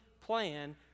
plan